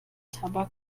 tabak